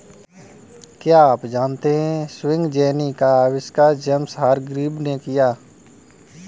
क्या आप जानते है स्पिनिंग जेनी का आविष्कार जेम्स हरग्रीव्ज ने किया?